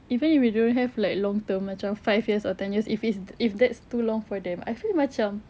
even if they don't have like long term macam five years or ten years if it's if that's too long for them I feel macam